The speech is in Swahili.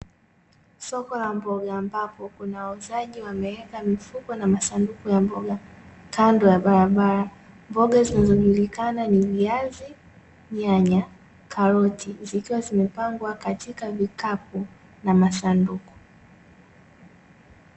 Soko la mboga ambapo kuna wauzaji wameweka mifuko na masanduku ya mboga kando ya barabara. Mboga zinazojulikana ni: viazi, nyanya, karoti; zikiwa zimepangwa katika vikapu na masanduku.